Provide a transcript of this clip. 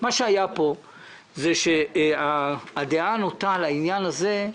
מה שהיה פה הוא שהדעה הנוטה בעניין הזה היא